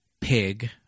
pig